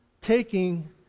taking